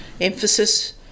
emphasis